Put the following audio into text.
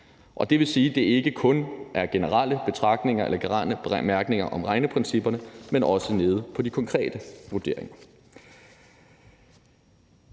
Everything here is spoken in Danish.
Det vil sige, at det ikke kun er generelle betragtninger eller generelle bemærkninger om regneprincipperne, men også nede i forhold til de konkrete vurderinger.